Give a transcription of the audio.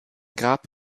grab